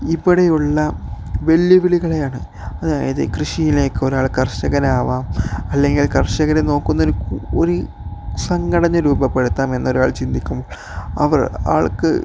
ഇവിടെയുള്ള വെല്ലുവിളികളെയാണ് അതായത് കൃഷിയിലേക്ക് ഒരാൾ കർഷകനാകാന് അല്ലെങ്കിൽ കർഷകരെ നോക്കുന്നൊരു ഒരു സംഘടന രൂപപ്പെടുത്താമെന്ന് ഒരാൾ ചിന്തിക്കുമ്പോള് അവർ അയാൾക്ക്